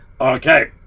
Okay